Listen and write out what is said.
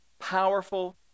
powerful